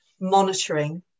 monitoring